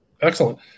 Excellent